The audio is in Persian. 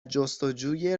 جستجوی